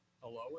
Hello